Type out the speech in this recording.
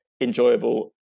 enjoyable